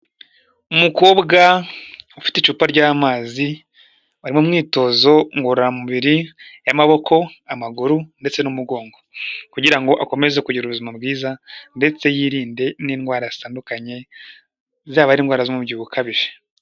Umukobwa ufite icupa ry'amazi ari mu myitozo ngororamubiri y'amaboko, amaguru ndetse n'umugongo kugirango akomeze kugira ubuzima bwiza ndetse yirinde n'indwara zitandukanye zaba ari indwara z'umubyibuho ukabije.